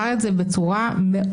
גלעד לא פה,